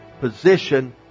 position